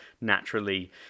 naturally